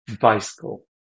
bicycle